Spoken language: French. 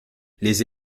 les